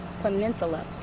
Peninsula